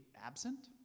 absent